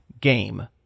game